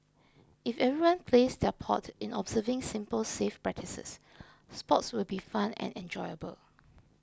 if everyone plays their part in observing simple safe practices sports will be fun and enjoyable